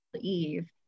Eve